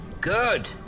Good